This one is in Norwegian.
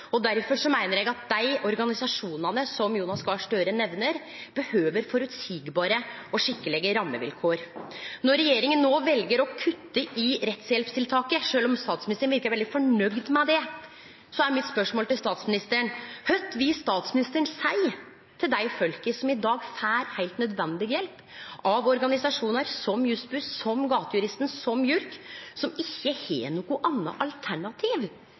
Derfor meiner eg at dei organisasjonane som Jonas Gahr Støre nemner, behøver føreseielege og skikkelege rammevilkår. Når regjeringa no vel å kutte i rettshjelpstiltaket – sjølv om statsministeren verka veldig nøgd med det – er mitt spørsmål til statsministeren: Kva vil statsministeren seie til dei folka som i dag får heilt nødvendig hjelp av organisasjonar som Jussbuss, som Gatejuristen, som JURK, som ikkje har noko anna alternativ?